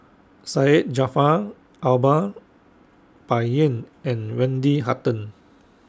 Syed Jaafar Albar Bai Yan and Wendy Hutton